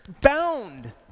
bound